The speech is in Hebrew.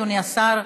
אדוני השר,